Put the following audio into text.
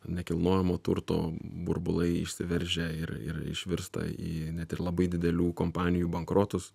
nekilnojamo turto burbulai išsiveržė ir ir išvirsta į net ir labai didelių kompanijų bankrotus